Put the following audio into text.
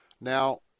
Now